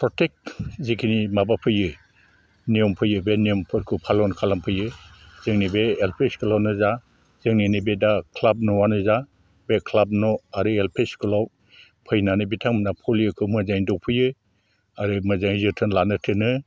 protect जिखिनि माबा फैयो नियम फैयो बे नियमफोरखौ फालन खालामफैयो जोंनि बे एलपि स्कुलआवनो जा जोंनि नैबे दा क्लाब न'आनो जा बे क्लाब न' आरो एल पि स्कुलआव फैनानै बिथांमोनहा पलिअखौ मोजाङै दौफैयो आरो मोजाङै जोथोन लानो थिनो